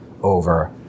over